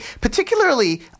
particularly